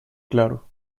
claro